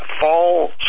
fall